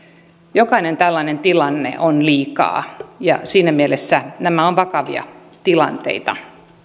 jokainen tällainen tilanne on liikaa ja siinä mielessä nämä ovat vakavia tilanteita tähän